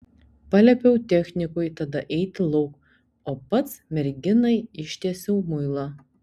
paliepiau technikui tada eiti lauk o pats merginai ištiesiau muilą